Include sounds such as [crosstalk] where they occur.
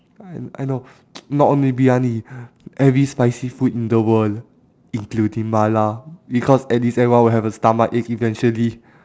I I know [noise] not only briyani every spicy food in the world including mala because at least everyone will have a stomachache eventually